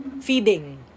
feeding